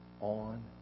on